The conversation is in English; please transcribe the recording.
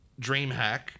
DreamHack